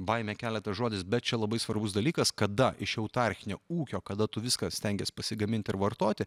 baimę kelia tas žodis bet čia labai svarbus dalykas kada iš autarchinio ūkio kada tu viską stengiasi pasigaminti ir vartoti